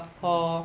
mm